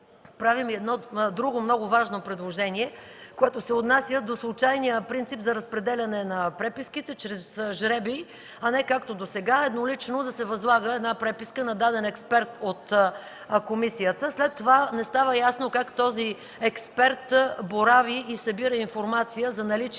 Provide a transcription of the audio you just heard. Правим и друго, много важно предложение, което се отнася до случайния принцип за разпределяне на преписките чрез жребии, а не както досега – еднолично да се възлага преписка на даден експерт от комисията. След това не стана ясно как този експерт борави и събира информация за наличие